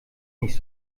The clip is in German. nicht